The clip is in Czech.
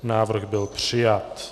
Návrh byl přijat.